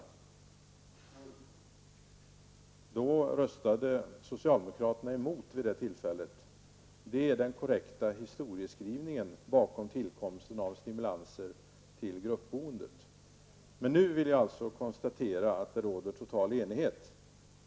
Vid det tillfället röstade socialdemokraterna emot. Det är den korrekta historieskrivningen bakom tillkosmten av stimulanser till gruppboendet. Nu är emellertid enigheten total.